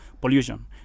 pollution